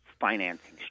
financing